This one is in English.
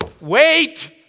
wait